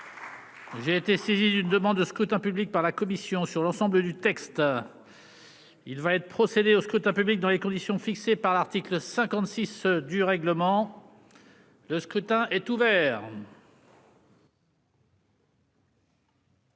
J'ai été saisi d'une demande de scrutin public par la commission sur l'ensemble du texte, il va être procédé au scrutin public dans les conditions fixées par l'article 56 du règlement, le scrutin est ouvert.